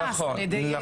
נכון.